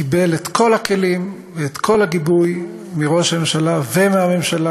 קיבל את כל הכלים ואת כל הגיבוי מראש הממשלה ומהממשלה,